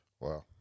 Wow